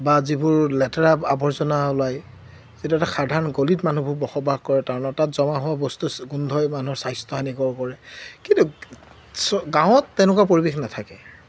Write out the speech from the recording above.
বা যিবোৰ লেতেৰা আৱৰ্জনা ওলায় এইটো এটা সাধাৰণ গলিত মানুহবোৰ বসবাস কৰে তাৰমানে তাত জমা হোৱা বস্তু গোন্ধই মানুহৰ স্বাস্থ্য হানিকৰ কৰে কিন্তু গাঁৱত তেনেকুৱা পৰিৱেশ নাথাকে